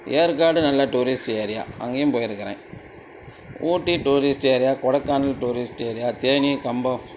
ஏற்காடு நல்ல tourist area அங்கேயும் போயிருக்கிறேன் Ooty tourist area Kodaikanal tourist area Theni கம்பம்